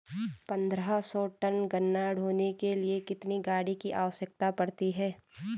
पन्द्रह सौ टन गन्ना ढोने के लिए कितनी गाड़ी की आवश्यकता पड़ती है?